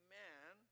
man